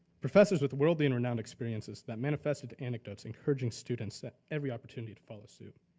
professors with worldly and renounced experiences that manifested anecdotes encouraging students that every opportunity to follow suit.